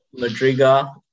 Madriga